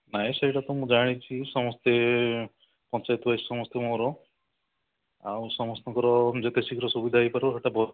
ନାହିଁ ସେଇଟା ତ ମୁଁ ଜାଣିଛି ସମସ୍ତେ ପଞ୍ଚାୟତ ବାସୀ ସମସ୍ତେ ମୋର ଆଉ ସମସ୍ତଙ୍କର ଯେତେ ଶୀଘ୍ର ସୁବିଧା ହେଇପାରିବ ସେଇଟା